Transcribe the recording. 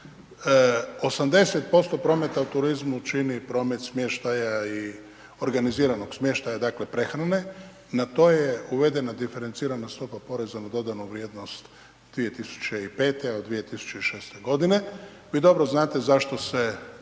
80% prometa u turizmu čini promet smještaja i organiziranog smještaja, dakle, prehrane, na to je uvedene diferencirana stopa PDV-a 2005., a od 2006.g. Vi dobro znate zašto se 2012.g.